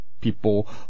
people